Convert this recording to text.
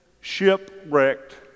shipwrecked